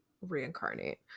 reincarnate